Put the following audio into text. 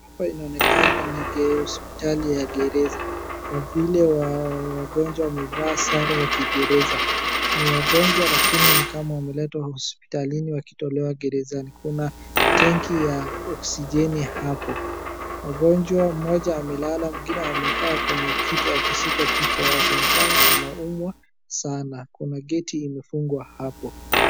Hapa inaonekana ni hospitali ya gereza. Kwa vile wagonjwa wamevaa sare ya kigereza. Ni wagonjwa lakini ni kama wameletwa hospitalini wakitolewa magerezani. Kuna tenki ya oksijeni hapo. Wagonjwa mmoja amelala, mwingine amekaa kwenye kiti akishika kichwa yake. Ni kama anaumwa sana. Kuna geti imefungwa hapo.